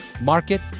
Market